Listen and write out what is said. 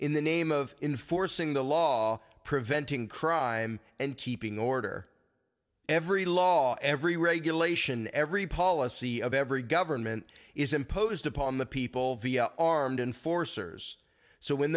in the name of inforcing the law preventing crime and keeping order every law every regulation every policy of every government is imposed upon the people via armed and forcers so when